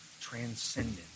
transcendent